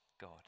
God